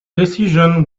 decision